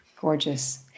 Gorgeous